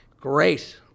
great